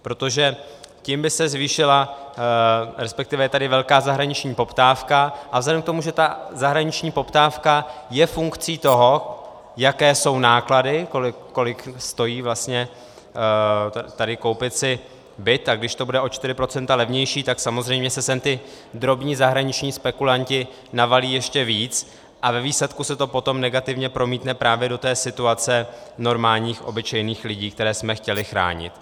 Protože tím by se zvýšila, resp. je tady velká zahraniční poptávka a vzhledem k tomu, že ta zahraniční poptávka je funkcí toho, jaké jsou náklady, kolik vlastně stojí koupit si tady byt, tak když to bude o 4 % levnější, tak samozřejmě se sem ti drobní zahraniční spekulanti navalí ještě víc a ve výsledku se to potom negativně promítne právě do situace normálních obyčejných lidí, které jsme chtěli chránit.